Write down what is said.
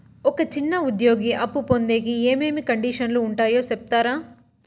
ఒక చిన్న ఉద్యోగి అప్పు పొందేకి ఏమేమి కండిషన్లు ఉంటాయో సెప్తారా?